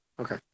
Okay